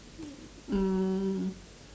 um